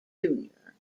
junior